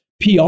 PR